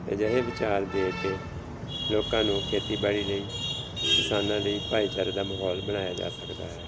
ਅਜਿਹੇ ਵਿਚਾਰ ਦੇ ਕੇ ਲੋਕਾਂ ਨੂੰ ਖੇਤੀਬਾੜੀ ਲਈ ਕਿਸਾਨਾਂ ਲਈ ਭਾਈਚਾਰੇ ਦਾ ਮਾਹੌਲ ਬਣਾਇਆ ਜਾ ਸਕਦਾ ਹੈ